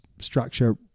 structure